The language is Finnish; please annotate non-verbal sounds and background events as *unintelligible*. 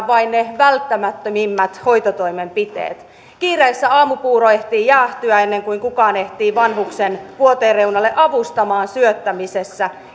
*unintelligible* vain ne välttämättömimmät hoitotoimenpiteet kiireessä aamupuuro ehtii jäähtyä ennen kuin kukaan ehtii vanhuksen vuoteen reunalle avustamaan syöttämisessä